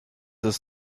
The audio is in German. ist